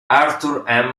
arthur